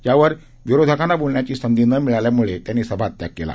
यावर विरोधकांना बोलण्याची संधी नं मिळाल्यामुळे त्यांनी सभात्याग केला